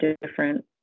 different